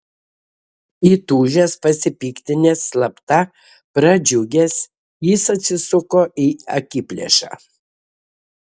įtūžęs pasipiktinęs slapta pradžiugęs jis atsisuko į akiplėšą